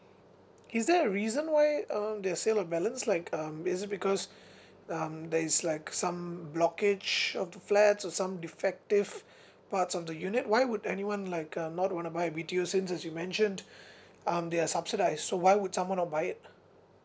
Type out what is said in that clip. is there a reason why uh there are sales of balance like um is it because um there is like some blockage of the flats or some defective parts of the unit why would anyone like uh not wanna buy a B_T_O since as you mentioned um they are subsidised so why would someone not buy it